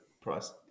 price